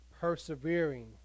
persevering